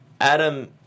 Adam